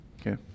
okay